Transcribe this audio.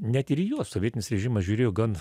net ir į juos sovietinis režimas žiūrėjo gan